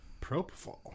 Propofol